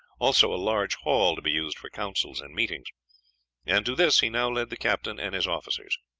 also a large hall to be used for councils and meetings and to this he now led the captain and his officers.